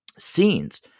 scenes